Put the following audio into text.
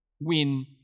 win